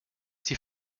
die